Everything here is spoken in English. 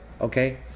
okay